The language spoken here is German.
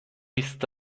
ist